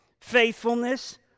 faithfulness